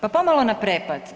Pa pomalo na prepad.